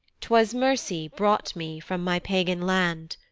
twas mercy brought me from my pagan land,